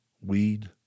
weed